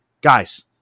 guys